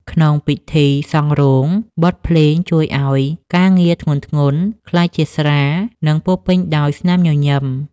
ក្នុងពិធីសង់រោង បទភ្លេងជួយឱ្យការងារធ្ងន់ៗក្លាយជាស្រាល និងពោរពេញដោយស្នាមញញឹម។